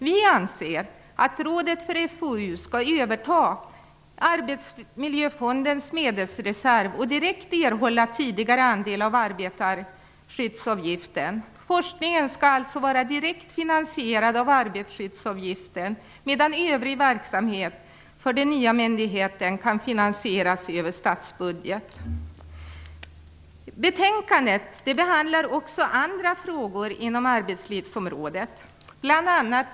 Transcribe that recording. Vi anser att rådet för FoU skall överta Arbetsmiljöfondens medelsreserv och direkt erhålla tidigare andel av arbetarskyddsavgiften. Forskningen skall alltså vara direkt finansierad av arbetarskyddsavgiften, medan övrig verksamhet för den nya myndigheten kan finansieras över statsbudgeten. Betänkandet behandlar också andra frågor inom arbetslivsområdet. Det innehåller bl.a.